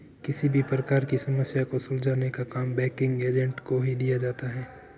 किसी भी प्रकार की समस्या को सुलझाने का काम बैंकिंग एजेंट को ही दिया जाता है